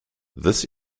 this